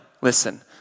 listen